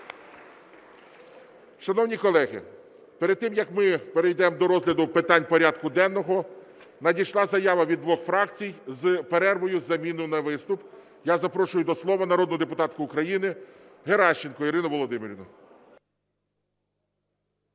Шановні колеги, перед тим, як ми перейдемо до розгляду питань порядку денного, надійшла заява від двох фракцій з перервою із заміною на виступ. Я запрошую до слова народну депутатку України Геращенко Ірину Володимирівну.